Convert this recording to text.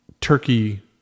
turkey